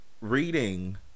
reading